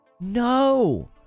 No